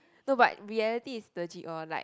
no but reality is legit orh like